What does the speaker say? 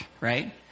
right